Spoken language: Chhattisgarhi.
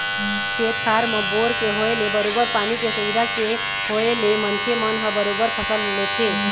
खेत खार म बोर के होय ले बरोबर पानी के सुबिधा के होय ले मनखे मन ह बरोबर फसल लेथे